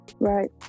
Right